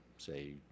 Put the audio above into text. say